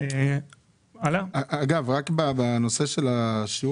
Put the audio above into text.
על שיעור